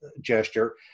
gesture